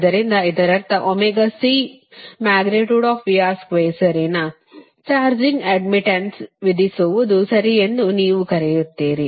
ಆದ್ದರಿಂದ ಇದರರ್ಥ ಸರಿನಾ ಚಾರ್ಜಿಂಗ್ ಅಡ್ಡ್ಮಿಟ್ಟನ್ಸ್ ವಿಧಿಸುವುದು ಸರಿಯೆಂದು ನೀವು ಕರೆಯುತ್ತೀರಿ